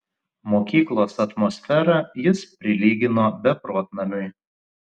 mokyklos atmosferą jis prilygino beprotnamiui